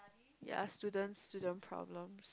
ya student student problems